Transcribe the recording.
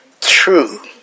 true